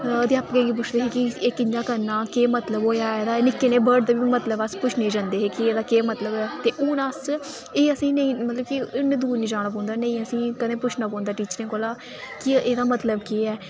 अध्यापकें ई पुछदे हे कि एह् कि'यां करना कह् मतलब होआ एह्दा निक्के नेह् वर्ड बी मतलब अ पुच्छने ई जंदे हे एह्दा केह् मतलब ऐ हून अस असेंई नेईं इन्ने दूर निं जाना पौंदा कदें पुच्छना पौंदा टीचर कोला की एह्दा मतलब केह् ऐ